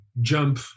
jump